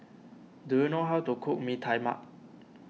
do you know how to cook Mee Tai Mak